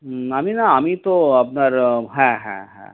আমি না আমি তো আপনার হ্যাঁ হ্যাঁ হ্যাঁ